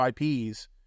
IPs